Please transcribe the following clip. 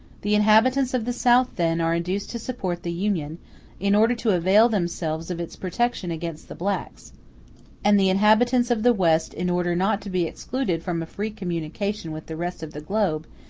the inhabitants of the south, then, are induced to support the union in order to avail themselves of its protection against the blacks and the inhabitants of the west in order not to be excluded from a free communication with the rest of the globe,